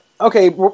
okay